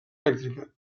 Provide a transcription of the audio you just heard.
elèctrica